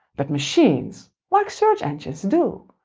but, machines, like search engines, do.